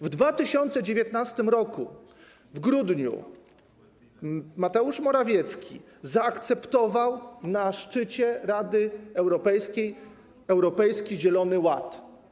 W 2019 r. w grudniu Mateusz Morawiecki zaakceptował na szczycie Rady Europejskiej Europejski Zielony Ład.